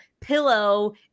pillow